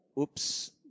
oops